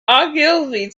ogilvy